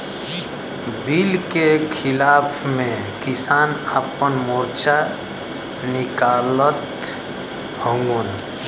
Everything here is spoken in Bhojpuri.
बिल के खिलाफ़ में किसान आपन मोर्चा निकालत हउवन